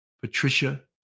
Patricia